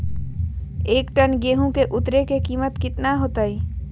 एक टन गेंहू के उतरे के कीमत कितना होतई?